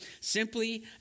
simply